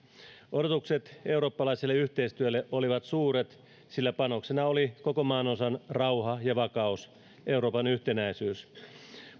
odotukset eurooppalaiselle yhteistyölle olivat suuret sillä panoksena oli koko maanosan rauha ja vakaus euroopan yhtenäisyys